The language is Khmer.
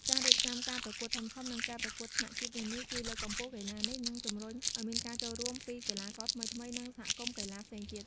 ការរៀបចំការប្រកួតធំៗនិងការប្រកួតថ្នាក់ជាតិនានា ជួយលើកកម្ពស់កីឡានេះ និងជំរុញឲ្យមានការចូលរួមពីកីឡាករថ្មីៗ និងសហគមន៍កីឡាផ្សេងទៀត។